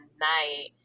night